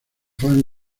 val